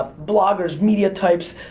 bloggers, media types.